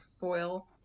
foil